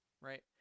right